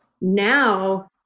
now